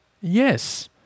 yes